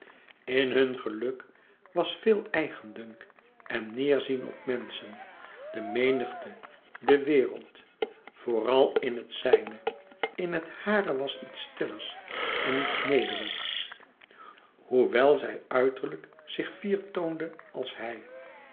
in hun geluk was veel eigendunk en neêrzien op de menschen de menigte de wereld vooral in het zijne in het hare was iets stillers en iets nederigs hoewel zij uiterlijk zich fier toonde als hij